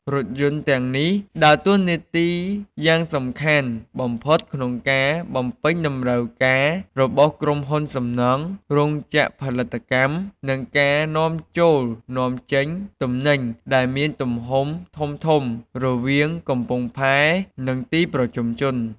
រថយន្តទាំងនេះដើរតួនាទីយ៉ាងសំខាន់បំផុតក្នុងការបំពេញតម្រូវការរបស់ក្រុមហ៊ុនសំណង់ រោងចក្រផលិតកម្ម និងការនាំចូលនាំចេញទំនិញដែលមានទំហំធំៗរវាងកំពង់ផែនិងទីប្រជុំជន។